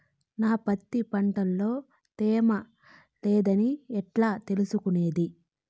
నా పత్తి పంట లో తేమ లేదని ఎట్లా తెలుసుకునేది?